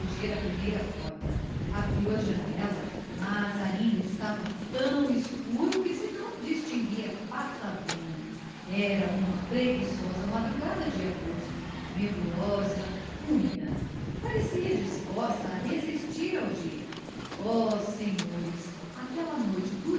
ranger a primeira porta abriu a janela mas ainda estava tão escuro que se não distinguia patavina era uma preguiçosa madrugada de agosto nebulosa úmida parecia disposta a resistir ao dia o senhores aquela noite